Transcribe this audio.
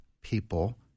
people